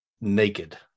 naked